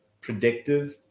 predictive